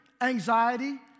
anxiety